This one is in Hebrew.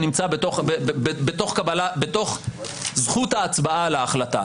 שנמצא בתוך זכות ההצבעה על ההחלטה.